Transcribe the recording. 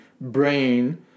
brain